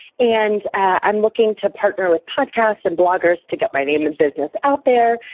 and i'm looking to partner with podcasts and bloggers to get my name and business out there,